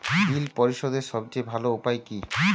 বিল পরিশোধের সবচেয়ে ভালো উপায় কী?